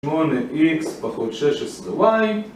8X פחות 16Y.